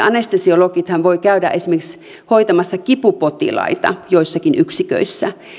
anestesiologithan voivat käydä esimerkiksi hoitamassa kipupotilaita joissakin yksiköissä